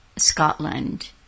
Scotland